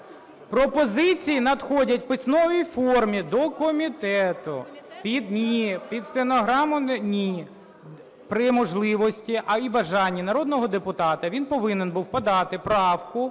пропозиції надходять в письмовій формі до комітету. Ні, під стенограму… Ні, при можливості і бажанні народного депутата, він повинен був подати правку